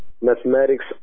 mathematics